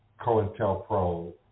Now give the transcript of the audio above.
COINTELPRO